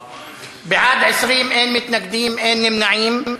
20, אין מתנגדים, אין נמנעים.